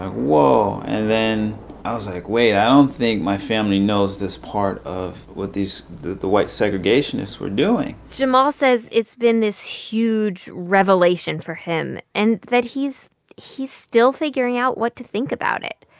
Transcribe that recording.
ah whoa. and then i was, like, wait i don't think my family knows this part of what these the the white segregationists were doing jahmal says it's been this huge revelation for him and that he's he's still figuring out what to think about it.